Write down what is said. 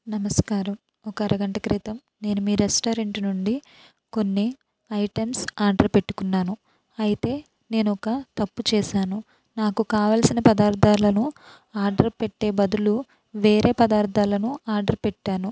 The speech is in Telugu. నమస్కారం ఒక అరగంట క్రితం నేను మీ రెస్టారెంట్ నుండి కొన్ని ఐటమ్స్ ఆర్డర్ పెట్టుకున్నాను అయితే నేనొక తప్పు చేశాను నాకు కావలసిన పదార్థాలను ఆర్డర్ పెట్టే బదులు వేరే పదార్థాలను ఆర్డర్ పెట్టాను